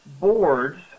boards